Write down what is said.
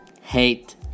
hate